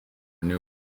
new